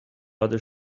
other